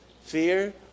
fear